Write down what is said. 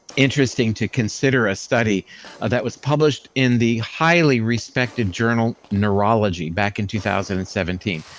interesting to consider a study ah that was published in the highly respected journal neurology, back in two thousand and seventeen.